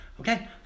Okay